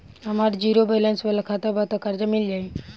हमार zero balance वाला खाता बा त कर्जा मिल जायी?